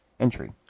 entry